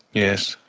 yes,